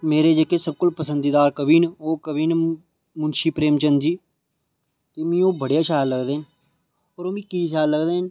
मेरे जेहके सब तू पसंदिदा कवि ना ओह् न कवि ना मुन्शी प्रेम चंद जी मी ओह् बड़े गै शैल लगदे न ओह् मिं की शैल लगदे न